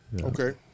Okay